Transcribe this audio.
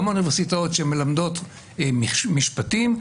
גם אוניברסיטאות שמלמדות משפטים,